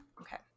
Okay